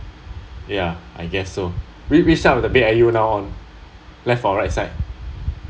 ya I guess so which which side of the bed are you now on left or right side